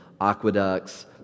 aqueducts